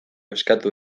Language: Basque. eskatu